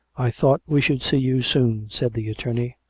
i thought we should see you soon said the attorney.